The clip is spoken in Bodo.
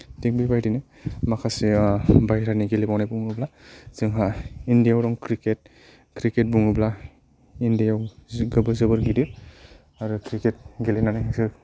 थिग बेबायदिनो माखासे बायहेरानि गेलेबावनायखौ बुङोब्ला जोंहा इण्डियाआव दं क्रिकेट क्रिकेट बुङोब्ला इण्डियआव जि गोब जोबोर गिदिर आरो क्रिकेट गेलेनानै जों